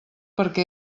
perquè